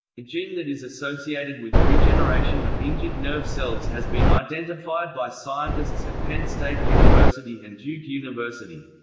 ah gene that is associated with regeneration of injured nerve cells has been identified by scientists at penn state university and duke university.